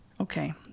Okay